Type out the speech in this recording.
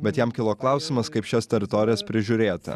bet jam kilo klausimas kaip šias teritorijas prižiūrėti